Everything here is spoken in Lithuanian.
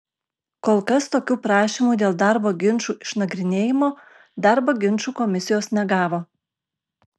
kol kas tokių prašymų dėl darbo ginčų išnagrinėjimo darbo ginčų komisijos negavo